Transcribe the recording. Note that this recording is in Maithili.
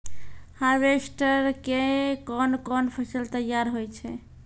हार्वेस्टर के कोन कोन फसल तैयार होय छै?